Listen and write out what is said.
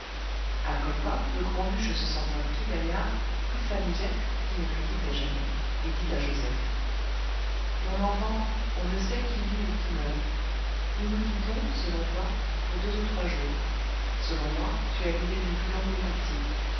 après quoi le grand bûcheux se sentant tout gaillard prit sa musette qui ne le quittait jamais et dit à joseph mon enfant on ne sait qui vit ou qui meurt nous nous quittons selon toi pour deux ou trois jours selon moi tu as l'idée d'une plus longue départie